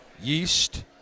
yeast